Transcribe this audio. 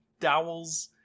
dowels